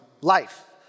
life